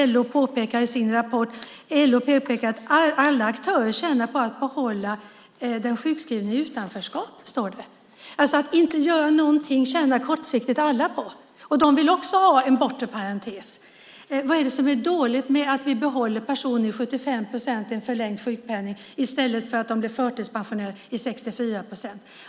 LO påpekar i sin rapport att alla aktörer tjänar på att behålla den sjukskrivne i utanförskap. Att inte göra någonting tjänar alltså alla på kortsiktigt. De vill också ha en bortre parentes. Vad är det som är dåligt med att vi behåller personer i förlängd sjukpenning med 75 procent i stället för att de blir förtidspensionärer med 64 procent?